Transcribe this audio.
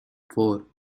four